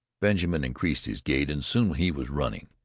benjamin increased his gait, and soon he was running.